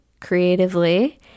creatively